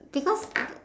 because